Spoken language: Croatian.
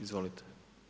Izvolite.